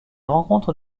rencontres